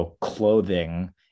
clothing